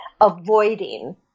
avoiding